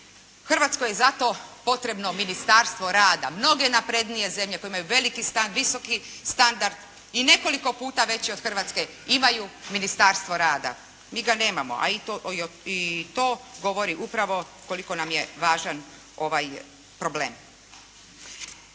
Hrvatskoj je zato potrebno Ministarstvo rada. Mnoge naprednije zemlje koje imaju veliki standard, visoki standard i nekoliko puta veći od Hrvatske, imaju Ministarstvo rada. Mi ga nemamo, a i to govori upravo koliko nam je važan ovaj problem.